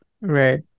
Right